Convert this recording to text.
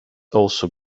also